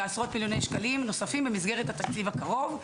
בעשרות מיליוני שקלים נוספים במסגרת התקציב הקרוב,